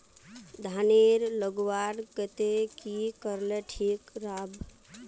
धानेर लगवार केते की करले ठीक राब?